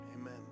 Amen